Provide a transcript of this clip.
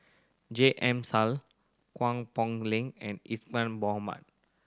J M Sali Guang Poh Leng and Isadhora Mohamed